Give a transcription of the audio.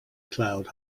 cloud